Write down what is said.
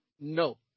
No